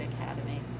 Academy